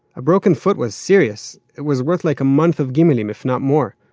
a broken foot was serious. it was worth like a month of gimmelim. if not more.